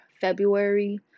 February